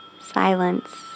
silence